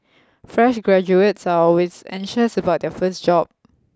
fresh graduates are always anxious about their first job